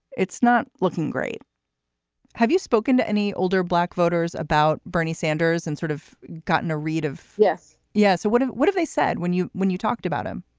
it's not looking great have you spoken to any older black voters about bernie sanders and sort of gotten a read of this? yeah. so what if what if they said when you when you talked about him?